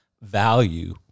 value